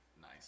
nice